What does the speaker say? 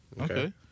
Okay